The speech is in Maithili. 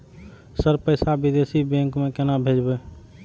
सर पैसा विदेशी बैंक में केना भेजबे?